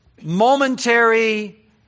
momentary